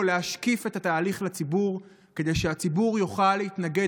לשקף את התהליך לציבור כדי שהציבור יוכל להתנגד